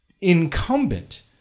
incumbent